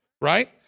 right